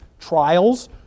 trials